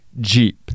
Jeep